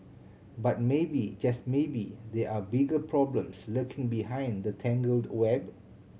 but maybe just maybe there are bigger problems lurking behind the tangled web